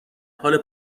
حال